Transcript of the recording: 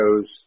shows